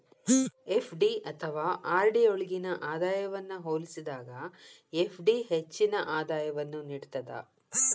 FD ಅಥವಾ RD ಯೊಳ್ಗಿನ ಆದಾಯವನ್ನ ಹೋಲಿಸಿದಾಗ ಎಫ್.ಡಿ ಹೆಚ್ಚಿನ ಆದಾಯವನ್ನು ನೇಡ್ತದ